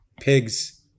Pigs